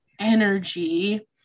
energy